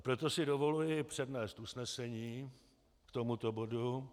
Proto si dovoluji přednést usnesení k tomuto bodu.